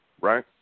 right